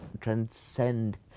transcend